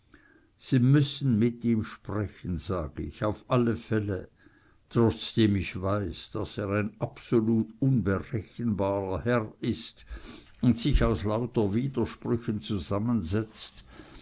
sie müssen mit ihm sprechen sag ich auf alle fälle trotzdem ich weiß daß er ein absolut unberechenbarer herr ist und sich aus lauter widersprüchen zusammensetzt